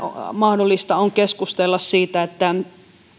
mahdollista on keskustella siitä